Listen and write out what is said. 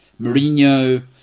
Mourinho